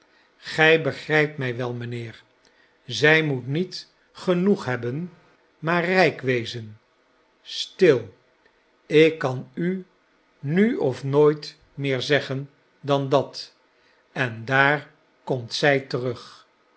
gij begrijpt mij wel mijnheer zij moet niet genoeg hebben maar rijk wezen stil ik kan u nu of nooit meer zeggen dan dat en daar komt zij terug